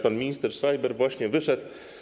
Pan minister Schreiber właśnie wyszedł.